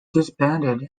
disbanded